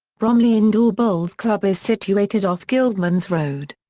bromley indoor bowls club is situated off gillmans road.